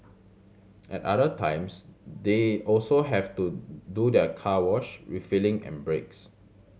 at other times they also have to do their car wash refuelling and breaks